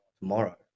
tomorrow